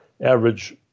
average